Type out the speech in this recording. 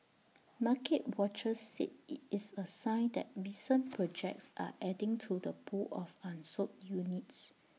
market watchers said IT is A sign that recent projects are adding to the pool of unsold units